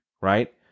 right